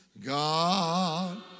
God